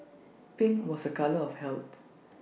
pink was A colour of health